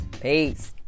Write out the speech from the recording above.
Peace